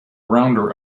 rounder